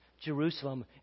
Jerusalem